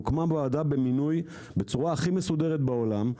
הוקמה ועדה במינוי בצורה הכי מסודרת בעולם.